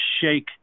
shake